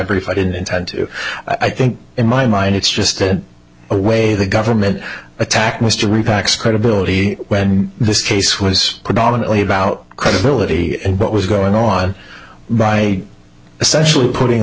if i didn't intend to i think in my mind it's just a way the government attacked mr repacks credibility when this case was predominantly about credibility and what was going on by essentially putting